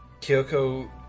Kyoko